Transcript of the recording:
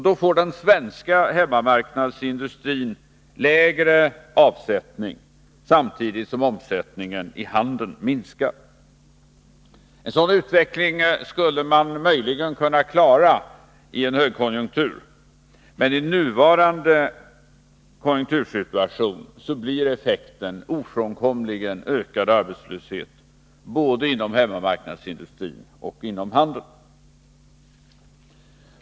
Då får den svenska hemmamarknadsindustrin lägre avsättning, samtidigt som omsättningen i handeln minskar. En sådan utveckling skulle man möjligen kunna klara i en högkonjunktur. Men i nuvarande konjunktursituation blir effekten ofrånkomligen ökad arbetslöshet, både inom hemmamarknadsindustrin och inom handeln.